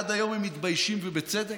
עד היום הם מתביישים, ובצדק.